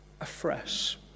afresh